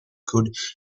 could